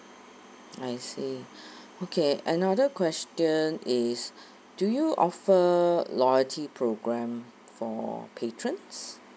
I see okay another question is do you offer loyalty programme for patrons